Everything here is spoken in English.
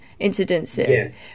incidences